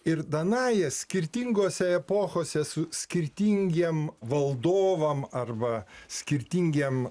ir danaja skirtingose epochose su skirtingiem valdovam arba skirtingiem